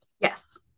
Yes